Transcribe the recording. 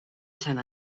sant